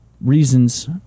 reasons